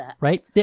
Right